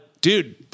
Dude